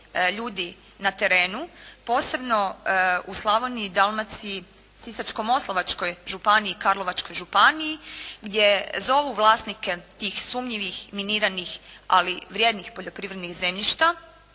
na terenu posebno u Slavoniji i Baranji, Sisačko-moslavačkoj županiji, Karlovačkoj županiji, gdje zovu vlasnike tih sumnjivih, miniranih, ali vrijednih poljoprivrednih zemljišta